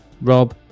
Rob